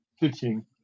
pitching